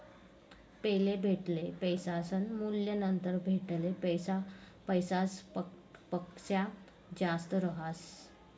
पैले भेटेल पैसासनं मूल्य नंतर भेटेल पैसासपक्सा जास्त रहास